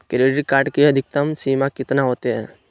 Credit card के अधिकतम सीमा कितना होते?